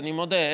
אני מודה.